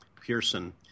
Pearson